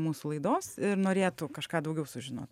mūsų laidos ir norėtų kažką daugiau sužinot